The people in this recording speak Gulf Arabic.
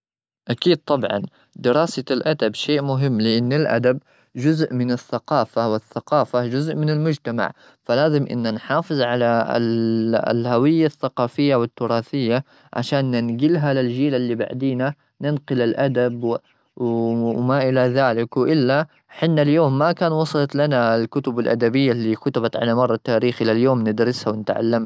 أكيد، طبعا، دراسة الأدب شيء مهم، لأن الأدب جزء من الثقافة، والثقافة جزء من المجتمع. فلازم إنه نحافظ على ال -الهوية الثقافية والتراثية عشان ننجلها للجيل اللي بعدينا. ننقل الأدب وما إلى ذلك، وإلا حنا اليوم ما كان وصل لنا الكتب الأدبية اللي كتبت على مر التاريخ إلى اليوم. ندرسها ونتعلم.